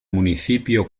municipio